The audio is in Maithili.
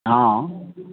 हँ